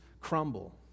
crumble